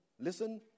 listen